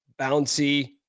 bouncy